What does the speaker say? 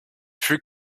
fut